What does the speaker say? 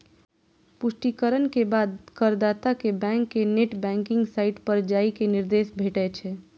पुष्टिकरण के बाद करदाता कें बैंक के नेट बैंकिंग साइट पर जाइ के निर्देश भेटै छै